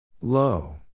Low